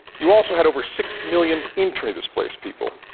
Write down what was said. you also had over six million internally displaced people,